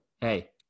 hey